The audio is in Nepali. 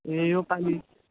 ए योपालि